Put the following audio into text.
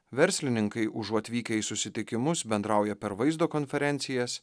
verslininkai užuot vykę į susitikimus bendrauja per vaizdo konferencijas